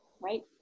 right